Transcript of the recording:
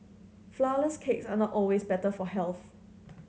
flourless cakes are not always better for health